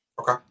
Okay